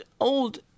old